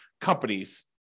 companies